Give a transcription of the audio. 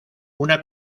una